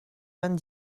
vingt